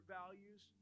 values